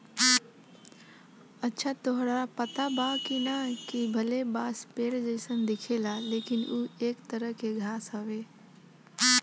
अच्छा ताहरा पता बा की ना, कि भले बांस पेड़ जइसन दिखेला लेकिन उ एक तरह के घास हवे